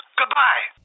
goodbye